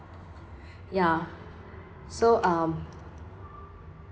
ya so um